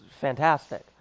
fantastic